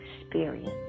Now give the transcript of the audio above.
experience